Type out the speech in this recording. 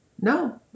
No